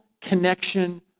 connection